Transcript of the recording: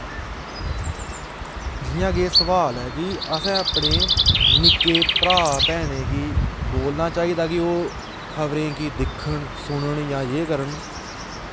जियां सोआल ऐ की असें अपने निक्के भैन भ्रांऐं गी बोलना चाहिदा की ओह् खबरें गी दिक्खन सुनन जां दिक्खन एह् करन